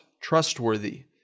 trustworthy